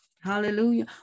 Hallelujah